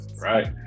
right